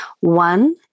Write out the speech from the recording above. One